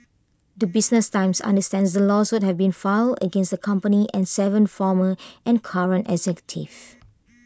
the business times understands the lawsuit have been filed against company and Seven former and current executives